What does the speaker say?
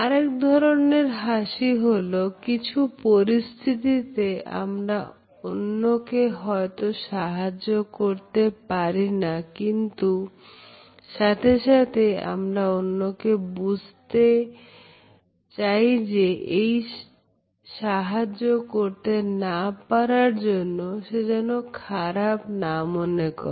আরেক ধরনের হাসি হলো কিছু পরিস্থিতিতে আমরা অন্যকে হয়তো সাহায্য করতে পারি না কিন্তু সাথে সাথেই আমরা অন্যকে বুঝাতে চাই যে এই সাহায্য করতে না পারার জন্য সে যেন খারাপ না মনে করে